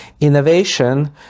innovation